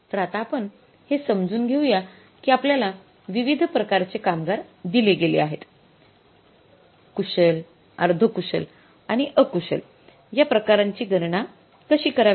तर आता आपण हे समजून घेऊया की आपल्याला विविध प्रकारचे कामगार दिले गेले आहेत कुशल अर्धकुशल आणि अकुशल या प्रकारांची गणना कशी करावी